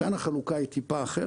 כאן החלוקה היא טיפה אחרת,